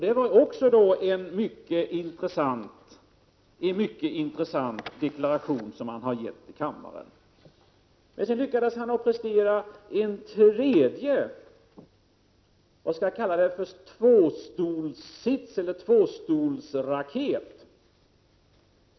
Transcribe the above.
Det var en mycket intressant deklaration han har gett till kammaren! Sedan lyckades han prestera en tredje ”tvåstolsraket”.